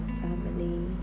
family